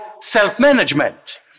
self-management